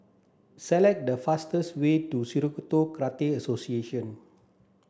select the fastest way to Shitoryu Karate Association